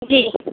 جی